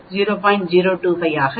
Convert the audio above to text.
025 ஆகும்